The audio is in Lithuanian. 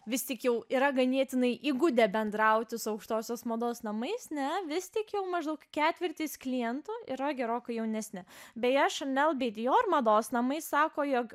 vis tik jau yra ganėtinai įgudę bendrauti su aukštosios mados namais ne vis tik tiek jau maždaug ketvirtis klientų yra gerokai jaunesni beje šanel bei dior mados namai sako jog